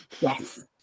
Yes